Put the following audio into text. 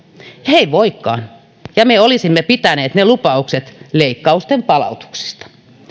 ei voikaan ja me olisimme pitäneet ne lupaukset leikkausten palautuksista